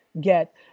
get